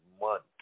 Month